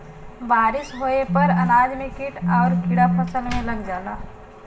बारिस होये पर अनाज में कीट आउर कीड़ा फसल में लग जाला